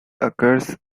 occurs